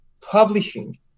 publishing